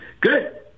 Good